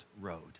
road